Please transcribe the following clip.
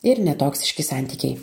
ir netoksiški santykiai